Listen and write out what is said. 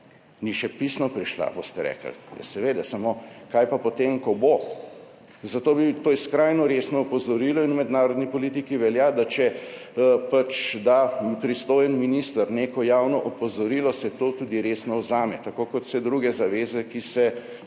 ni še pisno prišla, boste rekli. Ja, seveda, vendar kaj pa potem, ko bo? Zato je to skrajno resno opozorilo in v mednarodni politiki velja, če pristojni minister da neko javno opozorilo, se to tudi resno vzame, tako kot vse druge zaveze, ki se